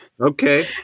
Okay